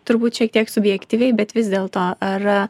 turbūt šiek tiek subjektyviai bet vis dėlto ar